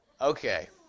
Okay